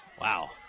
Wow